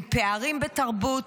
עם פערים בתרבות,